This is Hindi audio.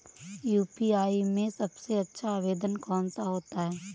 यू.पी.आई में सबसे अच्छा आवेदन कौन सा होता है?